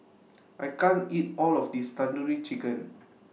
I can't eat All of This Tandoori Chicken